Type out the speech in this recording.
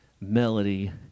Melody